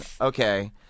Okay